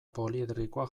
poliedrikoa